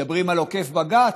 מדברים על עוקף בג"ץ,